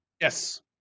Yes